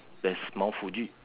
that's mount Fuji